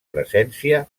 presència